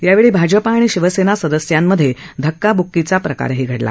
यावेळी भाजप आणि शिवसेना सदस्यांमध्ये धक्काब्क्कीचा प्रकारही घडला